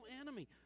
enemy